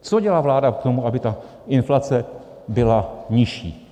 Co dělá vláda pro to, aby ta inflace byla nižší?